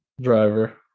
Driver